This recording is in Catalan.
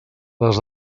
les